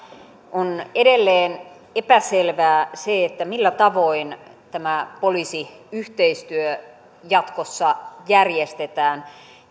on edelleen epäselvää se millä tavoin tämä poliisiyhteistyö jatkossa järjestetään